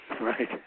Right